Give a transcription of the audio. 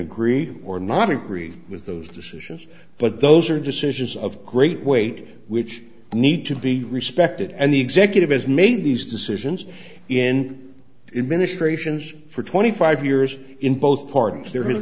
agree or not agree with those decisions but those are decisions of great weight which need to be respected and the executive has made these decisions in in ministrations for twenty five years in both parties there has